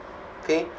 okay